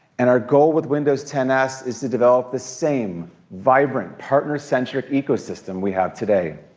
and our goals with windows ten s is to develop the same vibrant partner-centric ecosystem we have today.